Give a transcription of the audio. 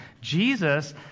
Jesus